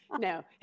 No